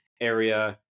area